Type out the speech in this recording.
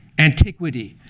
antiquity,